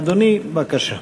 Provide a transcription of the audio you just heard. אדוני, בבקשה.